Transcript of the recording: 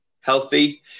healthy